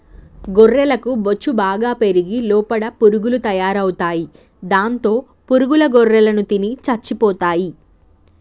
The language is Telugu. గొర్రెలకు బొచ్చు బాగా పెరిగి లోపల పురుగులు తయారవుతాయి దాంతో పురుగుల గొర్రెలను తిని చచ్చిపోతాయి